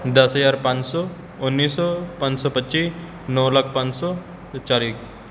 ਦਸ ਹਜ਼ਾਰ ਪੰਜ ਸੌ ਉੱਨੀ ਸੌ ਪੰਜ ਸੌ ਪੱਚੀ ਨੌਂ ਲੱਖ ਪੰਜ ਸੌ ਅਤੇ ਚਾਲੀ